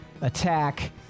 attack